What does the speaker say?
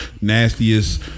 nastiest